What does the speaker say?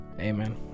Amen